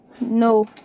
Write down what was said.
No